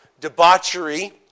debauchery